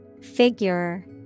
Figure